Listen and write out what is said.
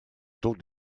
taux